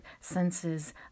senses